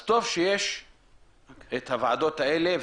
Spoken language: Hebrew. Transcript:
טוב שיש את הוועדות האלה.